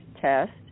test